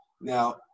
now